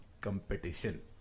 Competition